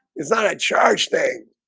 it's not a charged thing